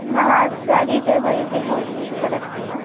न study table इति भवति खलु तदस्ति वा